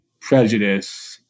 prejudice